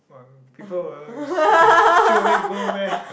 people will throw away gold meh